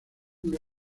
una